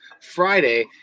Friday